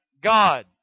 God